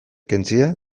kentzea